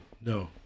no